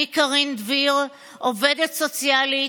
אני קרין דביר, עובדת סוציאלית,